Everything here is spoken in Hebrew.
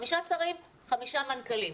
חמישה שרים וחמישה מנכ"לים.